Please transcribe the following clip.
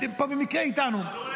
הוא פה במקרה איתנו --- אבל הוא,